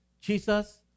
Jesus